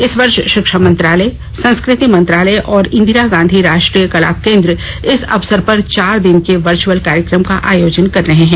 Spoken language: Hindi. इस वर्ष शिक्षा मंत्रालय संस्कृति मंत्रालय और इंदिरा गांधी राष्ट्रीय कला केन्द्र इस अवसर पर चार दिन के वर्चअल कार्यक्रम का आयोजन कर रहे हैं